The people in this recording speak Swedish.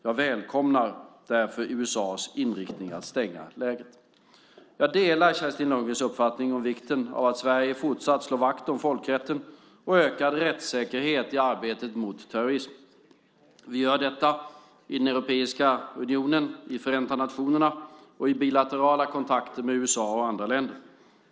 Jag välkomnar därför USA:s inriktning att stänga lägret. Jag delar Kerstin Lundgrens uppfattning om vikten av att Sverige fortsatt slår vakt om folkrätten och ökad rättssäkerhet i arbetet mot terrorism. Vi gör detta i Europeiska unionen, i Förenta nationerna och i bilaterala kontakter med USA och andra länder.